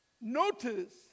notice